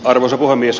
arvoisa puhemies